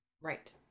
Right